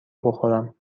بخورم